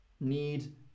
need